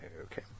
Okay